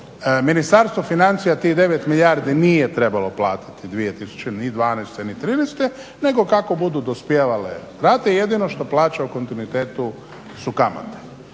Ministarstvo financija tih 9 milijardi nije trebalo platiti ni 2012. ni '13. nego kako budu dospijevale rate jedino što plaća u kontinuitetu su kamate.